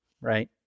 right